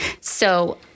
So-